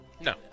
No